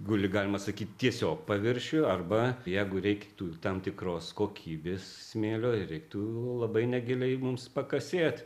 guli galima sakyt tiesiog paviršiuj arba jeigu reiktų tam tikros kokybės smėlio ir reiktų labai negiliai mums pakasėt